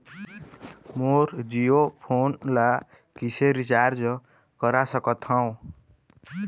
मोर Jio phone ला किसे recharge करा सकत हवं?